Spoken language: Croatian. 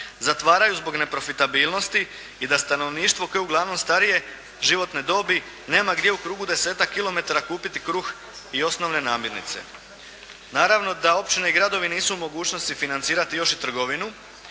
zatvaraju zbog neprofitabilnosti i da stanovništvo koje je uglavnom starije životne dobi nema gdje u krugu desetak kilometara kupiti kruh i osnovne namirnice. Naravno da općine i gradovi nisu u mogućnosti financirati još i trgovinu